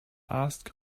asked